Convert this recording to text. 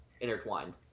intertwined